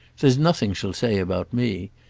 there's nothing she'll say about me.